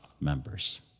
members